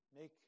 Make